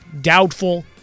doubtful